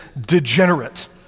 degenerate